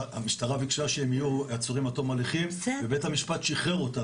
המשטרה ביקשה שהם יהיו עצורים עד תום ההליכים ובית המשפט שחרר אותם,